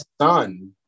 son